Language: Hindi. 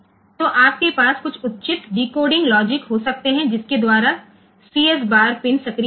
तो आपके पास कुछ उचित डिकोडिंग लॉजिक हो सकते हैं जिसके द्वारा सीएस बार पिन सक्रिय हो जाएगा